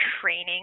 training